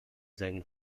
seinem